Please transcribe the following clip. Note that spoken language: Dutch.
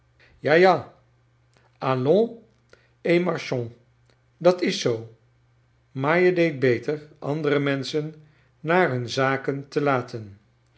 ja ja allons et marchons dat is zoo maar je deedt beter andere menschen naar nun zakon te laten